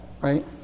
right